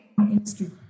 industry